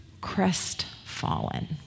crestfallen